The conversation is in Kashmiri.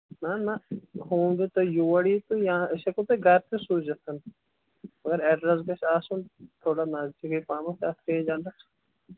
نہَ نہَ یِم زِ تُہۍ یور یِیہِ یا أسۍ ہٮ۪کو تۄہہِ گرٕ تہِ سوٗزِتھ مَگر ایٚڈرَس گژھِ آسُن تھوڑا نٔزدیٖکٕے پَہم اَتھ رَیٚنٛج اَنٛدَر